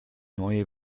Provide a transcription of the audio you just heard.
neue